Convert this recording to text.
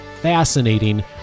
Fascinating